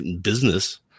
business